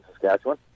Saskatchewan